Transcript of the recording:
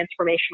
transformational